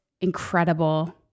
incredible